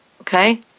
Okay